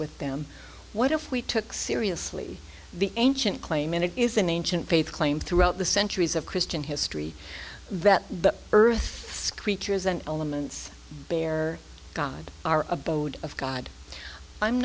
with them what if we took seriously the ancient claim and it is an ancient faith claim throughout the centuries of christian history that the earth screeches and elements bear god our abode of god i'm